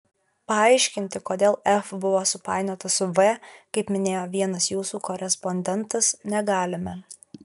paaiškinti kodėl f buvo supainiota su v kaip minėjo vienas jūsų korespondentas negalime